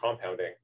compounding